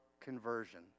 conversion